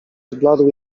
zbladł